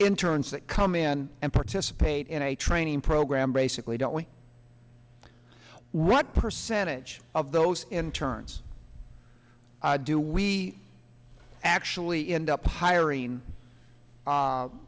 in terms that come in and participate in a training program basically don't we what percentage of those in terms do we actually end up hiring